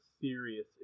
serious